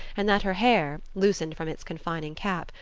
and that her hair, loosened from its confining cap,